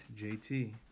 JT